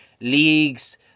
leagues